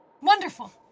Wonderful